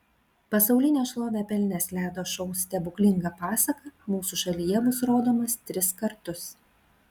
pasaulinę šlovę pelnęs ledo šou stebuklinga pasaka mūsų šalyje bus rodomas tris kartus